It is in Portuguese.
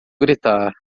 gritar